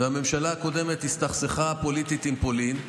והממשלה הקודמת הסתכסכה פוליטית עם פולין.